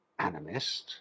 animist